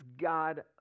God